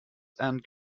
and